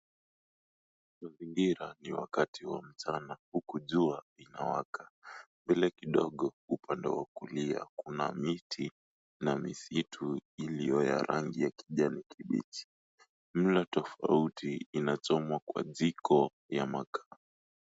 Mazingira ni wakati wa mchana huku jua linawaka vile kidogo upande wa kulia kuna miti na misitu iliyo ya rangi ya kijani kibichi. Mlo tofauti inachomwa kwenye jiko la makaa.